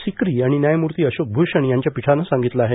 सिकरी आणि न्यायमूर्ती अशोक भुषण यांच्या पीठानं सांगितलं आहे